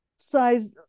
size